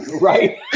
Right